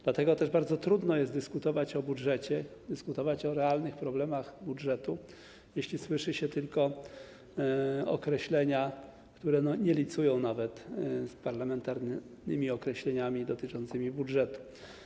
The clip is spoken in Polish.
Dlatego też bardzo trudno jest dyskutować o budżecie, dyskutować o jego realnych problemach, jeśli słyszy się tylko określenia, które nie licują z parlamentarnymi określeniami dotyczącymi budżetu.